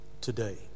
today